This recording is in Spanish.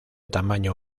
tamaño